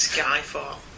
Skyfall